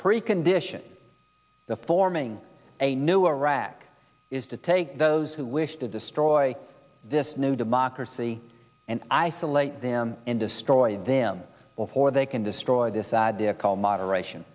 precondition the forming a new iraq is to take those who wish to destroy this new democracy and isolate them and destroy them before they can destroy this idea called moderation